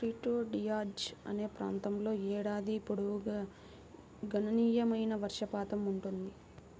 Prieto Diaz అనే ప్రాంతంలో ఏడాది పొడవునా గణనీయమైన వర్షపాతం ఉంటుంది